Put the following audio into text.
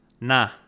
Nah